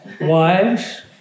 wives